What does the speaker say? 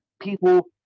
people